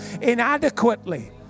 inadequately